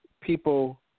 people